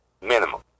minimum